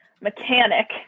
Mechanic